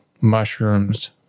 mushrooms